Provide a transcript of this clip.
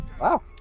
Wow